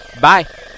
Bye